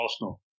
Arsenal